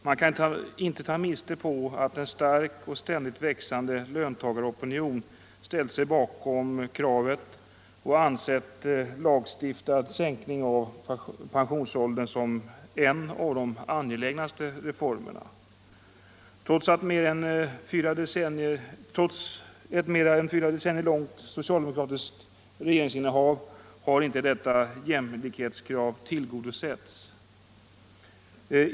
Man kan inte ta miste på att en stark och ständigt växande löntagaropinion ställt sig bakom kravet och ansett lagstiftad sänkning av pensionsåldern som en av de angelägnaste reformerna. Trots ett mer än fyra decennier långt socialdemokratiskt regeringsinnehav har inte detta jämlikhetskrav tillgodosetts.